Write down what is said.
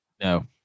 No